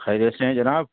خیریت سے ہیں جناب